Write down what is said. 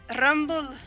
Rumble